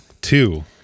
Two